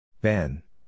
Ben